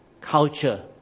culture